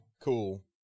cool